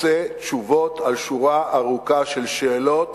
רוצה תשובות על שורה ארוכה של שאלות